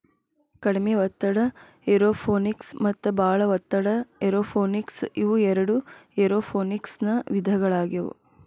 ಕಡಿಮೆ ಒತ್ತಡ ಏರೋಪೋನಿಕ್ಸ ಮತ್ತ ಬಾಳ ಒತ್ತಡ ಏರೋಪೋನಿಕ್ಸ ಇವು ಎರಡು ಏರೋಪೋನಿಕ್ಸನ ವಿಧಗಳಾಗ್ಯವು